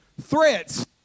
threats